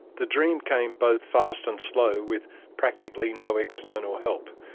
the dream came both fast and slow with practically no external help.